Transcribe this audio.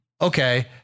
okay